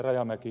rajamäki